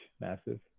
massive